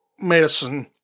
Medicine